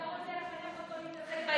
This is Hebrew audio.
אתה רוצה לחנך אותו להתעסק בעיקר?